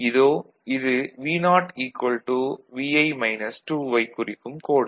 இதோ இது Vo வைக் குறிக்கும் கோடு